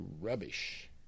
rubbish